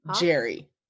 Jerry